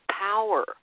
Power